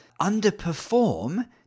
underperform